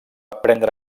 prendre